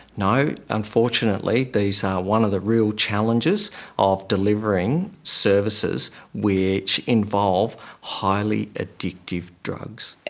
no. unfortunately these are one of the real challenges of delivering services which involve highly addictive drugs.